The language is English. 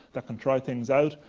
that can try things out,